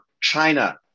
China